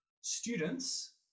students